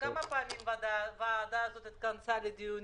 כמה פעמים הוועדה הזאת התכנסה לדיונים?